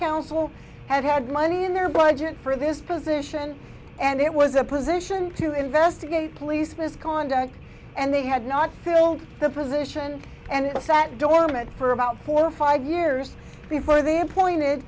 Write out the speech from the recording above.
council had had money in their budget for this position and it was a position to investigate police misconduct and they had not filled the position and sat dormant for about four or five years before they appointed